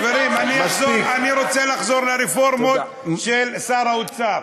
חברים, אני רוצה לחזור לרפורמות של שר האוצר.